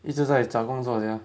一直在找工作 sia